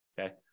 Okay